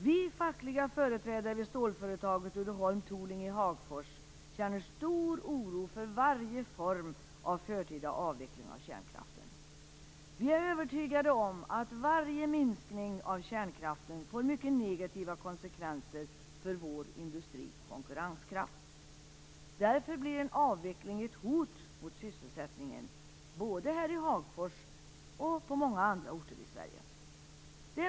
"Vi fackliga företrädare vid stålföretaget Uddeholm Tooling i Hagfors känner stor oro för varje form av förtida avveckling av kärnkraften. Vi är övertygade om att varje minskning av kärnkraften får mycket negativa konsekvenser för vår industris konkurrenskraft. Därför blir en avveckling ett hot mot sysselsättningen, både här i Hagfors och på många andra orter i Sverige."